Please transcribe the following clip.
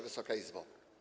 Wysoka Izbo!